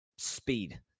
Speed